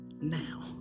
now